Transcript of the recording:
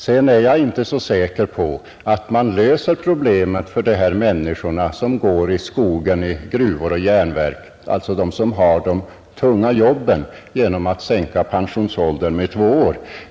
Jag är inte heller så säker på att man löser problemen för de här människorna som går i skogen, i gruvor och järnverk, alltså de som har de tunga jobben, genom att sänka pensionsåldern med två år.